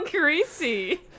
greasy